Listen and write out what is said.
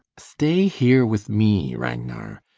stay here with me, ragnar.